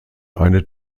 einer